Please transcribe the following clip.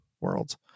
world